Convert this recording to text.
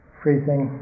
freezing